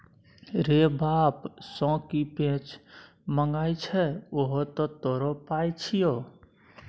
रे बाप सँ की पैंच मांगय छै उहो तँ तोरो पाय छियौ